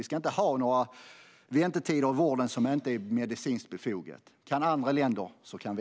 Vi ska inte ha några väntetider i vården som inte är medicinskt befogade. Kan andra länder så kan vi!